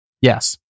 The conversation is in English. Yes